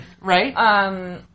right